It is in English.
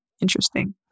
Interesting